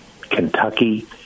Kentucky